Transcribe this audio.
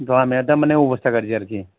लामाया दा मानि अबस्था गाज्रि आरोखि